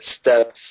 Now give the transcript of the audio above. steps